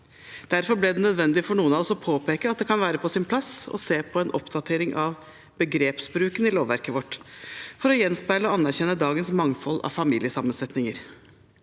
Derfor ble det nødvendig for noen av oss å påpeke at det kan være på sin plass å se på en oppdatering av begrepsbruken i lovverket vårt for å gjenspeile og anerkjenne dagens mangfold av familiesammensetninger.